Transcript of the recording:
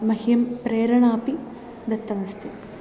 मह्यं प्रेरणापि दत्तमस्ति